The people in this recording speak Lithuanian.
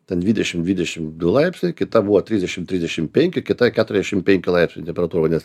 ten dvidešimt dvidešimt du laipsniai kita buvo trisdešimt trisdešim penki kita keturiasdešim penki laipsniai temperatūra nes